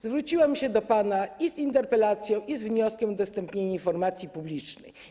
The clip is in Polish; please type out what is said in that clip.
Zwróciłam się do pana i z interpelacją, i z wnioskiem o udostępnienie informacji publicznej.